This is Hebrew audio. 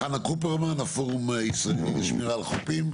חנה קופרמן, הפורום הישראלי לשמירה על חופים.